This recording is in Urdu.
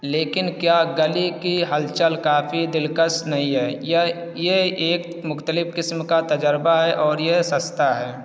لیکن کیا گلی کی ہلچل کافی دلکش نہیں ہے یا یہ ایک مختلف قسم کا تجربہ ہے اور یہ سستا ہے